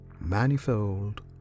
manifold